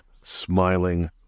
smiling